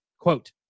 Quote